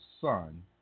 son